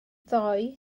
ddoe